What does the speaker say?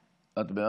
קולו?